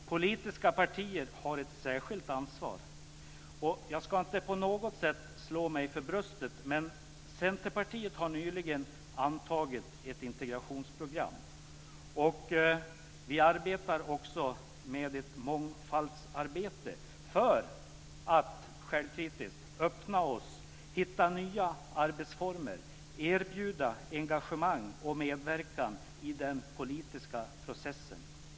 Politiska partier har ett särskilt ansvar. Jag ska inte på något sätt slå mig för bröstet, men Centerpartiet har nyligen antagit ett integrationsprogram. Vi arbetar också med ett mångfaldsarbete för att självkritiskt öppna oss, hitta nya arbetsformer och erbjuda engagemang och medverkan i den politiska processen.